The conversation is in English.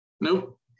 nope